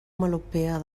melopea